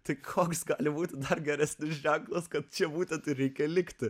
tai koks gali būti dar geresnis ženklas kad čia būtent reikia likti